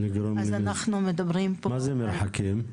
אז אנחנו מדברים פה על --- מה זה מרחקים?